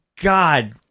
god